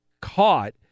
caught